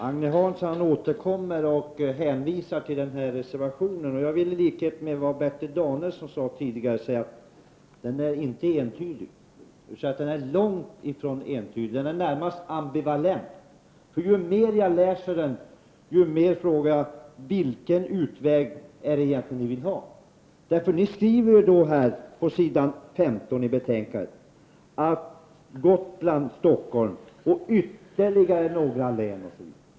Herr talman! Agne Hansson hänvisar återigen till reservationen. Jag vill i likhet med Bertil Danielsson säga att den är långt ifrån entydig. Reservationen är i det närmaste ambivalent. Ju mer jag läser den, desto mer frågar jag mig: Vilken utväg är det egentligen som ni vill ha? På s. 15 i betänkandet skriver ni att det i storstadslänen, i Gotlands län och kanske i några ytterligare län kan vara lämpligt med en annan organisation.